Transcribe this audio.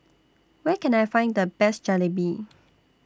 Where Can I Find The Best Jalebi